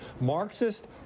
Marxist